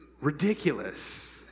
ridiculous